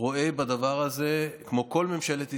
רואה בדבר הזה, כמו כל ממשלת ישראל,